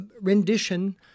rendition